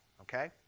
okay